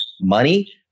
money